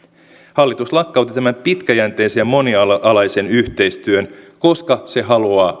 hallitus lakkautti tämän pitkäjänteisen ja monialaisen yhteistyön koska se haluaa